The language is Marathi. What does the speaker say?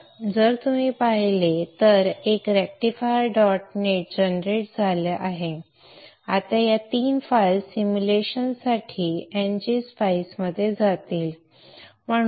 तर जर तुम्ही पाहिले तर एक रेक्टिफायर डॉट नेट जनरेट झाला आहे आता या 3 फाइल्स सिम्युलेशनसाठी ngSpice मध्ये जातील